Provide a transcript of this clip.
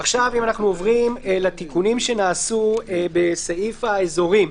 אם אנחנו עוברים לתיקונים שנעשו בסעיף האזורים,